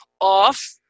off